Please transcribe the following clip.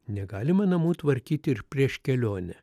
negalima namų tvarkyti ir prieš kelionę